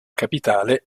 capitale